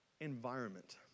environment